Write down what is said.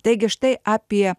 taigi štai apie